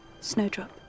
Snowdrop